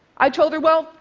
i told her, well,